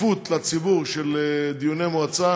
שקיפות לציבור של דיוני מועצה